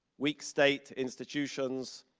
weak state institutions,